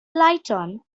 lytton